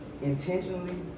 intentionally